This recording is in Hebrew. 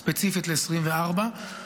ספציפית ל-2024,